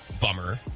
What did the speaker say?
bummer